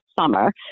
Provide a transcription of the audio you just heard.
summer